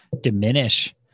diminish